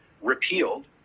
repealed